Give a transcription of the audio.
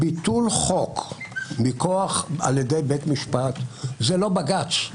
ביטול חוק מכוח על ידי בית משפט, זה לא בג"ץ.